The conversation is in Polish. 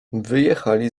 wyjechali